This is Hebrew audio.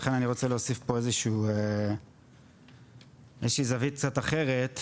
ולכן אני רוצה להוסיף פה איזו שהיא זווית קצת אחרת .